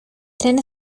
tren